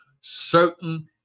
certain